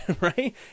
right